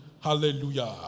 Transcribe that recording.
Hallelujah